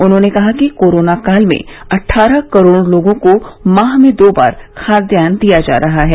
उन्होंने कहा कि कोरोना काल में अट्ठारह करोड़ लोगों को माह में दो बार खाद़यान दिया जा रहा है